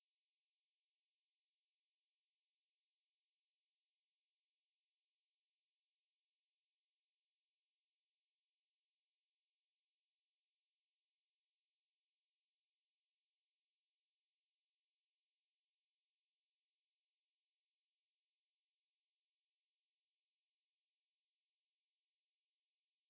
the people who say they have a talent but then end up giving excuses are definitely worse because நீ வந்து ஆரம்பத்திலிருந்து:ni vanthu aarambitthilirunthu reply பண்ணலை கடைசி வரைக்கும்:pannalai kadasi varaikkum reply பண்ணலை:pannalai okay fine if you don't disturb me I don't disturb you right I will just give up on